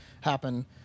happen